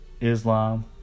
Islam